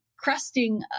Crusting